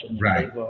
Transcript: Right